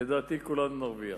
לדעתי כולנו נרוויח.